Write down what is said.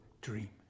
dream